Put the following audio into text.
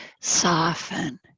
soften